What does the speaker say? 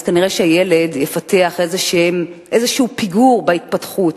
אז כנראה הילד יפתח איזה פיגור בהתפתחות,